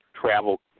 travel